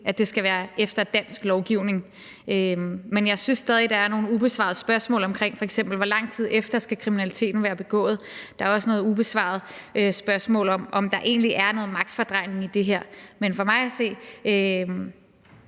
at det skal være efter dansk lovgivning. Men jeg synes stadig væk, at der er nogle ubesvarede spørgsmål, f.eks. hvor lang tid efter kriminaliteten skal være begået. Der er også nogle ubesvarede spørgsmål om, om der egentlig er noget magtfordrejning i det her. Men for mig at se